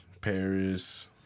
Paris